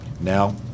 now